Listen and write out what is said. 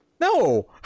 No